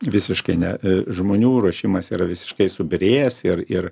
visiškai ne žmonių ruošimas yra visiškai subyrėjęs ir ir